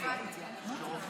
שבזכותו אנחנו פה בינתיים.